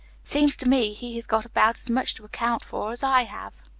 seems to me he has got about as much to account for as i have.